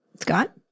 Scott